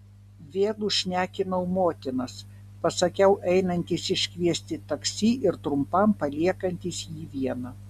vėl užšnekinau motinas pasakiau einantis iškviesti taksi ir trumpam paliekantis jį vieną